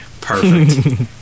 perfect